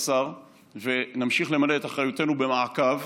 השר ונמשיך למלא את אחריותנו במעקב,